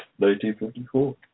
1954